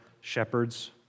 shepherds